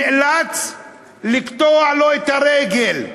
נאלץ לקטוע לו את הרגל.